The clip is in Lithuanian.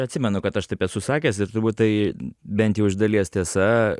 atsimenu kad aš taip esu sakęs ir turbūt tai bent jau iš dalies tiesa